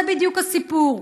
זה בדיוק הסיפור.